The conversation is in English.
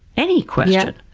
any question,